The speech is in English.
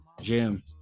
jim